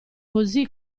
così